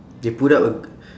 they put up a g~